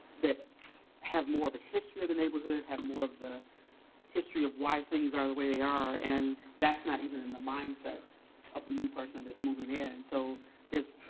that have more of a history of the neighborhood, have more of the history of why things are the way they are, and that's not even in the mindset of the new person that's moving in. and so there's.